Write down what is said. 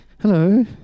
hello